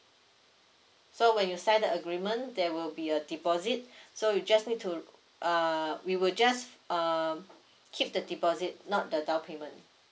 so when you sign the agreement there will be a deposit so you just need to uh we will just um keep the deposit not the down payment